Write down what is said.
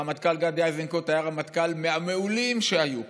הרמטכ"ל גדי איזנקוט היה רמטכ"ל מהמעולים שהיו פה,